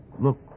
Look